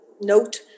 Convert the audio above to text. note